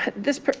this,